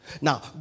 Now